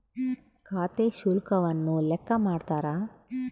ಖಾತೆ ಶುಲ್ಕವನ್ನು ಲೆಕ್ಕ ಮಾಡ್ತಾರ